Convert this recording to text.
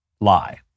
lie